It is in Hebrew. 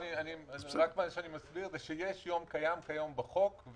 אני רק מסביר שקיים היום מועד בחוק.